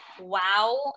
wow